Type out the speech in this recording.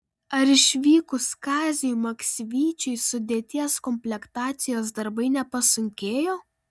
ar išvykus kaziui maksvyčiui sudėties komplektacijos darbai nepasunkėjo